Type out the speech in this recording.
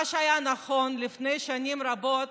מה שהיה נכון לפני שנים רבות